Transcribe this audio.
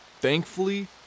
Thankfully